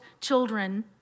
children